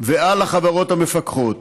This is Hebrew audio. ועל החברות המפקחות.